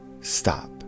stop